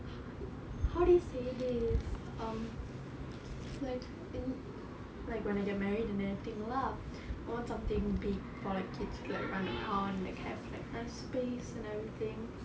how do you say this um like in like when I get married and everything lah I want something big for like kids to like run around like have like space and everything